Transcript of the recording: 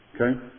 Okay